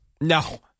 No